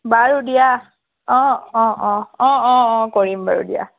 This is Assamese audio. বাৰু দিয়া অ অ অ অ অ অ কৰিম বাৰু দিয়া